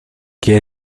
que